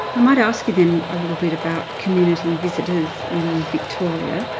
i might ask you then a little bit about community visitors in victoria.